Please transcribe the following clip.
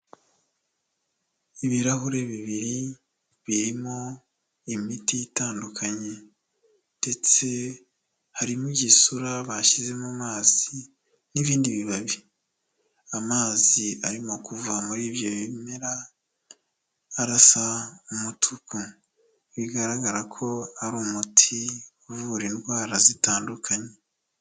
Ibirahuri bibiri birimo imiti itandukanye, ndetse harimo igisura bashyize mu mazi n'ibindi bibabi, amazi arimo kuva muri ibyo bimera arasa umutuku, bigaragara ko ari umuti uvura indwara zitandukanye.